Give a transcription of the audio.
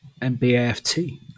mbaft